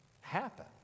happen